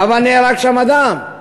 אבל נהרג שם אדם.